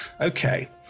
Okay